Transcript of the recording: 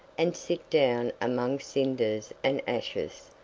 and sit down among cinders and ashes,